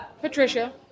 Patricia